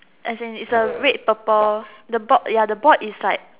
as in is a red purple the ball ya the ball is like